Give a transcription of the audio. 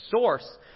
source